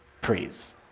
praise